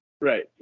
Right